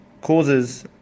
causes